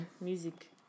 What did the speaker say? Music